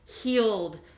healed